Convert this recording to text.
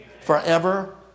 forever